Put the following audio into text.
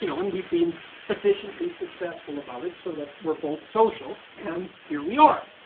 you know and we've been sufficiently successful about it so that we're both social, and here we are.